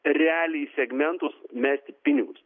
realiai segmentus mesti pinigus